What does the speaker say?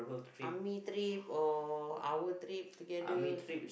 army trip or our trip together